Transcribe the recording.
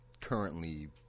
currently